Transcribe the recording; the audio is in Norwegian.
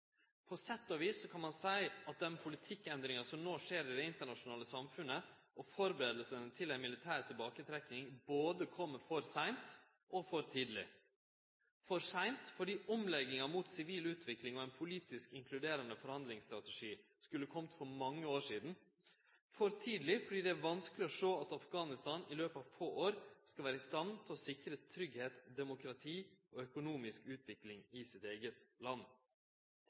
På sett og vis kan ein seie at den politikkendringa som no skjer i det internasjonale samfunnet, og førebuingane til ei militær tilbaketrekking kjem både for seint og for tidleg. Det kjem for seint fordi omlegginga mot sivil utvikling og ein politisk inkluderande forhandlingsstrategi skulle ha kome for mange år sidan. Og det kjem for tidleg fordi det er vanskeleg å sjå at Afghanistan i løpet av få år skal vere i stand til å sikre tryggleik, demokrati og økonomisk utvikling i sitt eige land.